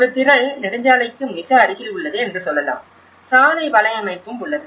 ஒரு திரள் நெடுஞ்சாலைக்கு மிக அருகில் உள்ளது என்று சொல்லலாம் சாலை வலையமைப்பும் உள்ளது